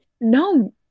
No